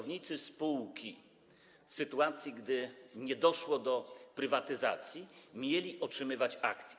w sytuacji gdy nie doszło do prywatyzacji, mieli otrzymywać akcje.